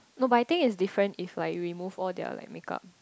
no but I think is difference if like remove all their like make up